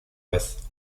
vez